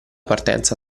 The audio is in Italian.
partenza